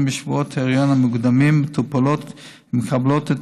בשבועות ההיריון המוקדמים מטופלות ומקבלות את